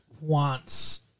wants